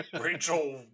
Rachel